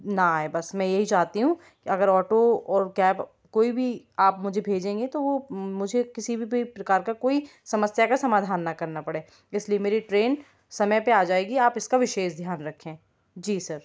ना आए बस मैं यही चाहती हूँ कि अगर ऑटो और कैब कोई भी आप मुझे भेजेंगे तो वो मुझे किसी भी प्रकार का कोई समस्या का समाधान ना करना पड़े इसलिए मेरी ट्रेन समय पर आ जाएगी आप इसका विशेष ध्यान रखें जी सर